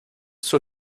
zur